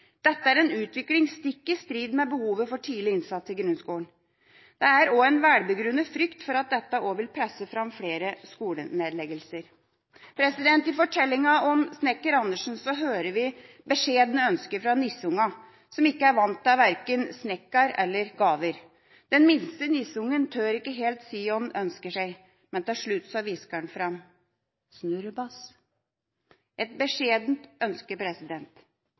Dette er en utvikling stikk i strid med behovet for tidlig innsats i grunnskolen. Det er også en velbegrunnet frykt for at dette vil presse fram flere skolenedleggelser. I fortellinga om Snekker Andersen hører vi beskjedne ønsker fra nisseungene som ikke er vant til verken snekker eller gaver. Den minste nisseungen tør ikke helt si hva han ønsker seg, men til slutt hvisker han fram: snurrebass – et beskjedent ønske, president.